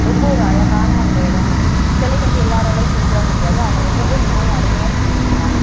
ரொம்ப ஒரு அழகான அந்த இடங்க சிலை வந்து எல்லாேராலையும் செஞ்சுற முடியாது அவங்க ரொம்பவே மிகவும் அருமையாக செஞ்சுட்டு இருந்தாங்க